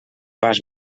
pas